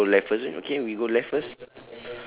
so you want go left first okay we go left first